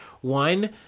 one